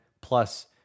plus